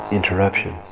interruption